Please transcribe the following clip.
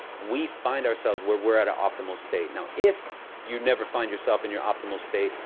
we find ourselves where we're at an optimal state. now if you never find yourself in your optimal state,